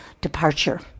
departure